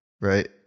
right